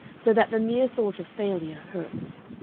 so that the mere thought of failure hurts.